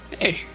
Hey